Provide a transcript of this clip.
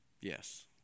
Yes